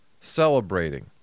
celebrating